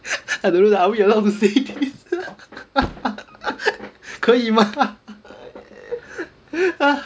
I don't know lah are we allowed to say 可以吗